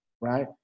right